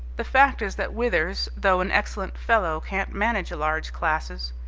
the fact is that withers, though an excellent fellow, can't manage large classes.